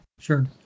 Sure